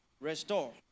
restore